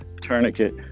tourniquet